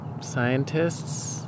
scientists